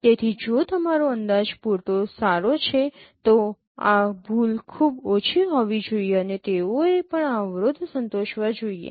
તેથી જો તમારો અંદાજ પૂરતો સારો છે તો આ ભૂલ ખૂબ ઓછી હોવી જોઈએ અને તેઓએ પણ આ અવરોધ સંતોષવા જોઈએ